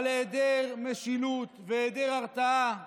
על היעדר משילות והיעדר הרתעה.